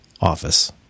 office